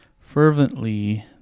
fervently